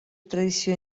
tradició